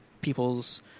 people's